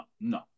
no